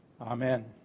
Amen